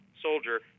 soldier